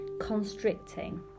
constricting